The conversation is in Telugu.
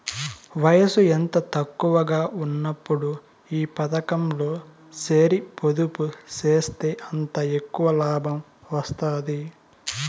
వయసు ఎంత తక్కువగా ఉన్నప్పుడు ఈ పతకంలో సేరి పొదుపు సేస్తే అంత ఎక్కవ లాబం వస్తాది